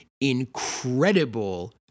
incredible